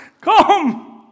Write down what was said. Come